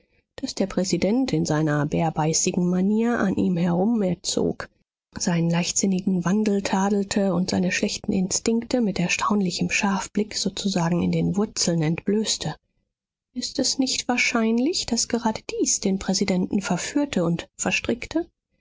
daß der präsident in seiner bärbeißigen manier an ihm herum erzog seinen leichtsinnigen wandel tadelte und seine schlechten instinkte mit erstaunlichem scharfblick sozusagen in den wurzeln entblößte ist es nicht wahrscheinlich daß gerade dies den präsidenten verführte und verstrickte